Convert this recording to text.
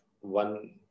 one